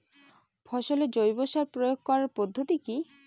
ফসলে জৈব সার প্রয়োগ করার পদ্ধতি কি?